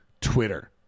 Twitter